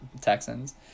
Texans